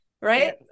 right